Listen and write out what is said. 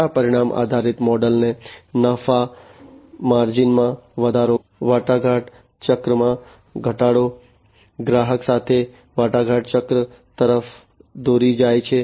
આ પરિણામ આધારિત મોડલ તે નફાના માર્જિનમાં વધારો વાટાઘાટ ચક્રમાં ઘટાડો ગ્રાહક સાથે વાટાઘાટ ચક્ર તરફ દોરી જાય છે